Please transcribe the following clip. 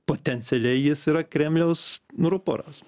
potencialiai jis yra kremliaus ruporas